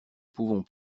pouvons